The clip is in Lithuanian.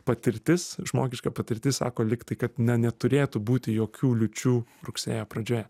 patirtis žmogiška patirtis sako lygtai kad ne neturėtų būti jokių liūčių rugsėjo pradžioje